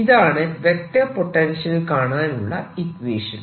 ഇതാണ് vector potential കാണാനുള്ള equation